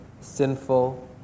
sinful